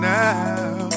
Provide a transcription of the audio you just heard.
now